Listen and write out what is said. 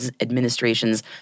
Administration's